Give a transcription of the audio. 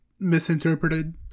misinterpreted